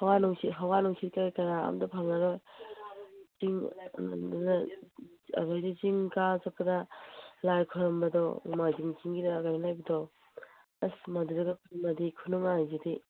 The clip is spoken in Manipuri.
ꯍꯋꯥ ꯅꯨꯡꯁꯤꯠ ꯍꯋꯥ ꯅꯨꯡꯁꯤꯠ ꯀꯔꯤ ꯀꯔꯥ ꯑꯝꯇ ꯐꯪꯉꯔꯣꯏ ꯆꯤꯡꯗꯨꯗ ꯑꯗꯨꯗꯩꯗꯤ ꯆꯤꯡ ꯀꯥ ꯆꯠꯄꯗ ꯂꯥꯏ ꯈꯨꯔꯝꯕꯗꯣ ꯅꯣꯡꯃꯥꯏꯖꯤꯡ ꯆꯤꯡꯒꯤꯗ ꯀꯩꯅꯣ ꯂꯩꯕꯗꯣ ꯑꯁ ꯃꯗꯨꯗꯒ ꯈꯨꯅꯨꯡꯉꯥꯏꯁꯤꯗꯤ